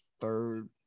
third